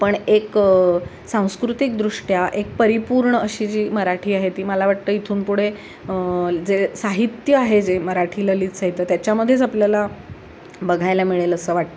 पण एक सांस्कृतिकदृष्ट्या एक परिपूर्ण अशी जी मराठी आहे ती मला वाटतं इथून पुढे जे साहित्य आहे जे मराठी ललित साहित्य त्याच्यामध्येच आपल्याला बघायला मिळेल असं वाटतं